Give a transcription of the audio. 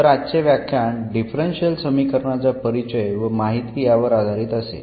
तर आजचे व्याख्यान डिफरन्शियल समीकरणांचा परिचय व माहिती यावर आधारित असेल